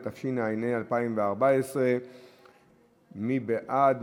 התשע"ה 2014. מי בעד?